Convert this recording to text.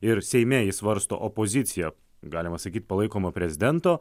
ir seime jį svarsto opozicija galima sakyt palaikomo prezidento